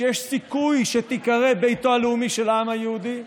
שיש סיכוי שתיקרא ביתו הלאומי של העם היהודי?